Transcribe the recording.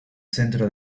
centro